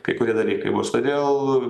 kai kurie dalykai bus todėl